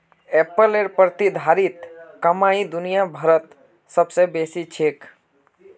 एप्पलेर प्रतिधारित कमाई दुनिया भरत सबस बेसी छेक